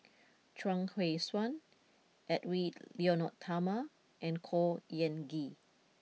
Chuang Hui Tsuan Edwy Lyonet Talma and Khor Ean Ghee